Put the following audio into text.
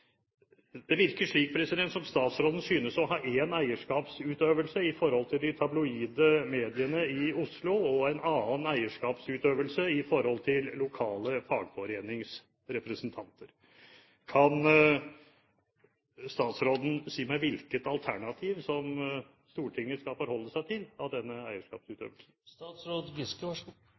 Det virker som om statsråden synes å ha én eierskapsutøvelse i forhold til de tabloide mediene i Oslo og en annen i forhold til lokale fagforeningsrepresentanter. Kan statsråden si meg hvilket alternativ som Stortinget skal forholde seg til?